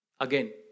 Again